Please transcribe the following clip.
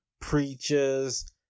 preachers